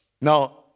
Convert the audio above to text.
Now